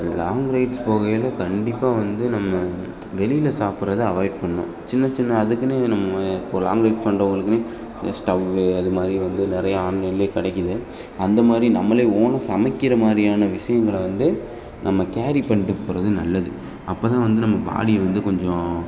long rides போகையில் கண்டிப்பாக வந்து நம்ம வெளியில் சாப்பிடறத அவாய்ட் பண்ணணும் சின்ன சின்ன அதுக்குனே நம்ம இப்போ லாங் ரைட் பண்ணுறவங்களுக்குனே இந்த ஸ்டவ்வு அது மாதிரி வந்து நிறையா ஆன்லைனில் கிடைக்கிது அந்த மாதிரி நம்மளே ஓனாக சமைக்கிற மாதிரியான விஷயங்கள வந்து நம்ம கேரி பண்ணிட்டு போவது நல்லது அப்போ தான் வந்து நம்ம பாடி வந்து கொஞ்சம்